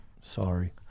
Sorry